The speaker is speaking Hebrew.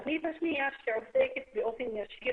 התוכנית השנייה שעוסקת באופן ישיר